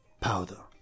powder